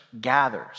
gathers